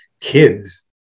kids